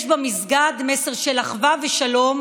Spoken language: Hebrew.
יש במסגד מסר של אחווה ושלום.